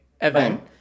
event